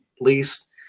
least